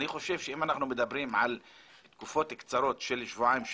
אני חושב שאם אנחנו מדברים על תקופות קצרות של שבועיים,